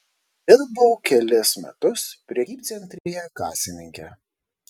dirbau kelis metus prekybcentryje kasininke